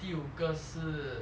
第五个是